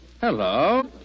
Hello